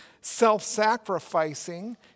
self-sacrificing